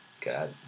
God